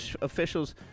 officials